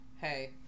Hey